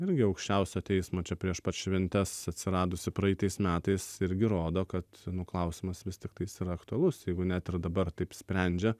irgi aukščiausio teismo čia prieš pat šventes atsiradusi praeitais metais irgi rodo kad nu klausimas vis tiktais yra aktualus jeigu net ir dabar taip sprendžia